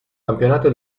campionato